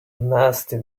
nasty